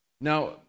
Now